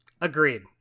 agreed